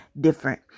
different